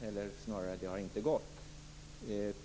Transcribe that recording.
men det har inte gått att få ett sådant besked.